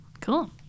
cool